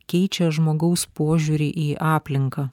keičia žmogaus požiūrį į aplinką